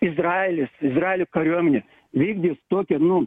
izraelis izraelio kariuomenė vykdys tokią nu